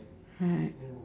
right